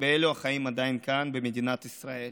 באלה החיים עדיין כאן, במדינת ישראל.